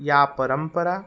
या परम्परा